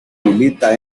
milita